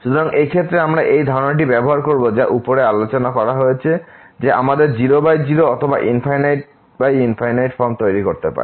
সুতরাং এই ক্ষেত্রে আমরা এই ধারণাটি ব্যবহার করব যা উপরে আলোচনা করা হয়েছে যে আমরা 00 অথবা ∞∞ ফর্ম তৈরি করতে পারি